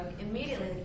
immediately